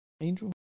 Angel